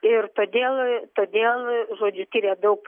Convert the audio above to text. ir todėl todėl žodžiu tiria daug